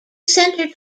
center